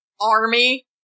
army